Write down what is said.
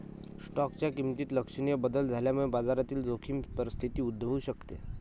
स्टॉकच्या किमतीत लक्षणीय बदल झाल्यामुळे बाजारातील जोखीम परिस्थिती उद्भवू शकते